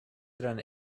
eran